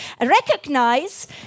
recognize